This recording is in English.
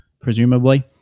presumably